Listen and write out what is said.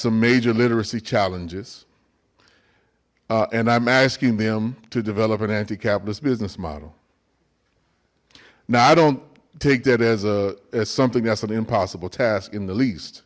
some major literacy challenges and i'm asking them to develop an anti capitalist business model now i don't take that as a as something that's an impossible task in the least